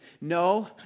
No